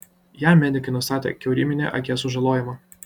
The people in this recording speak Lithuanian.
jam medikai nustatė kiauryminį akies sužalojimą